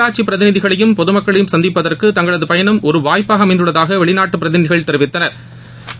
உள்ளாட்சி பிரதிநிதிகளையும் பொது மக்களையும் சந்திப்பதற்கு தங்களது பயணம் ஒரு வாய்ப்பாக அமைந்துள்ளதாக வெளிநாட்டு பிரதிநிதிகள் தெரிவித்தனா்